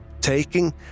taking